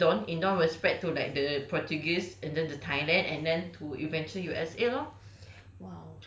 malaysia will spread to indon indon will spread to like the portuguese and then to thailand and then to eventually U_S_A lor